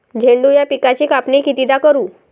झेंडू या पिकाची कापनी कितीदा करू?